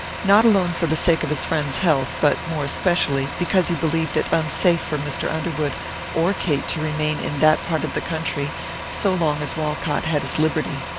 not alone for the sake of his friend's health, but more especially because he believed it unsafe for mr. underwood or kate to remain in that part of the country so long as walcott had his liberty.